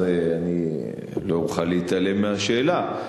אני לא אוכל להתעלם מהשאלה.